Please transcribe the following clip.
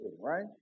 right